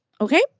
okay